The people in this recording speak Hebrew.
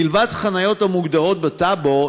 מלבד חניות המוגדרות בטאבו,